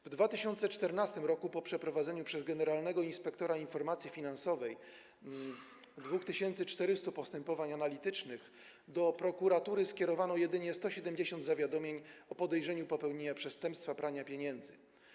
W 2014 r. po przeprowadzeniu przez generalnego inspektora informacji finansowej 2400 postępowań analitycznych do prokuratury skierowano jedynie 170 zawiadomień o podejrzeniu popełnienia przestępstwa prania pieniędzy.